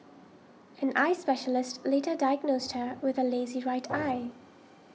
an eye specialist later diagnosed her with a lazy right eye